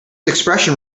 expression